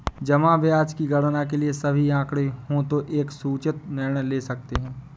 जमा ब्याज की गणना के लिए सभी आंकड़े हों तो एक सूचित निर्णय ले सकते हैं